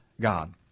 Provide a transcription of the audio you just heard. God